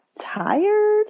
tired